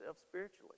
spiritually